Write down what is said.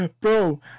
Bro